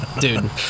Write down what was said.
Dude